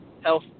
health